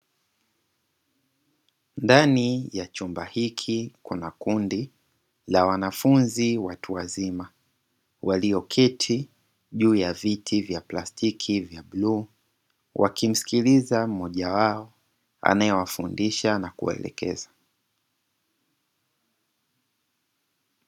Ndani ya chumba hiki kuna kundi la wanafunzi watu wazima, walio keti juu ya viti vya plastiki vya buluu wakimsikiliza mmoja wao anaewafundisha na kuwaelekeza.